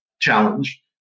challenge